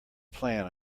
plan